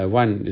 one